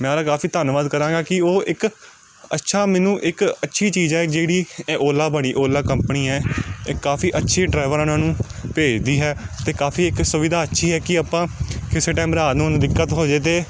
ਮੈਂ ਉਹਦਾ ਕਾਫੀ ਧੰਨਵਾਦ ਕਰਾਂਗਾ ਕਿ ਉਹ ਇੱਕ ਅੱਛਾ ਮੈਨੂੰ ਇੱਕ ਅੱਛੀ ਚੀਜ਼ ਹੈ ਜਿਹੜੀ ਏ ਓਲਾ ਬਣੀ ਓਲਾ ਕੰਪਨੀ ਹੈ ਇਹ ਕਾਫੀ ਅੱਛੀ ਡਰਾਈਵਰਾਂ ਨੂੰ ਭੇਜਦੀ ਹੈ ਅਤੇ ਕਾਫੀ ਇੱਕ ਸੁਵਿਧਾ ਅੱਛੀ ਹੈ ਕਿ ਆਪਾਂ ਕਿਸੇ ਟਾਈਮ ਰਾਤ ਨੂੰ ਦਿੱਕਤ ਹੋ ਜਾਵੇ ਤਾਂ